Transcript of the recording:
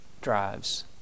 drives